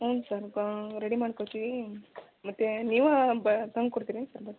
ಹೇಳಿ ಸರ್ ಗಾ ರೆಡಿ ಮಾಡ್ಕೊಳ್ತೀವಿ ಮತ್ತು ನೀವಾ ಬ ತಂದು ಕೊಡ್ತೀರಿ ಏನು ಸರ್ ಬ